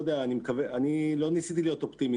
אני לא ניסיתי להיות אופטימי,